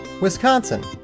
Wisconsin